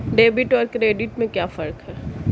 Debit और credit में क्या फर्क है?